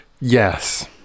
Yes